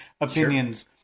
opinions